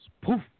Poof